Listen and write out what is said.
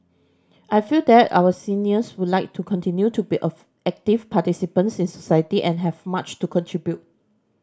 I feel that our seniors would like to continue to be of active participants in society and have much to contribute